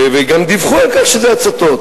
וגם דיווחו על כך שזה הצתות,